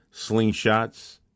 slingshots